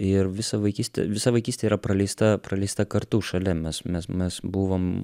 ir visa vaikystė visa vaikystė yra praleista praleista kartu šalia mes mes mes buvom